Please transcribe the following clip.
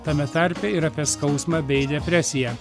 tame tarpe ir apie skausmą bei depresiją